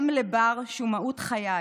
אם לבר, שהוא מהות חיי,